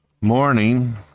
morning